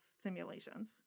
simulations